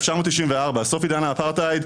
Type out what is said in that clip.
סוף עידן האפרטהייד,